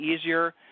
easier